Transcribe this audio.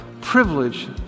privilege